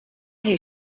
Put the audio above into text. hie